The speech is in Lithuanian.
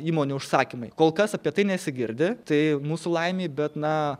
įmonių užsakymai kol kas apie tai nesigirdi tai mūsų laimei bet na